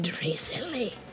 recently